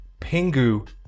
Pingu